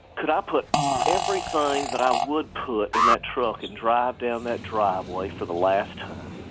could i put everything that i would put in that truck and drive down that driveway for the last time?